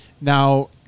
Now